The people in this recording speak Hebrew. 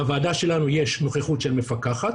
בוועדה שלנו יש נוכחות של מפקחת,